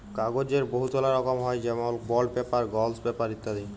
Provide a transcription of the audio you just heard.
কাগ্যজের বহুতলা রকম হ্যয় যেমল বল্ড পেপার, গলস পেপার ইত্যাদি